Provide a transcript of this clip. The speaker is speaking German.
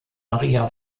maria